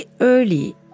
early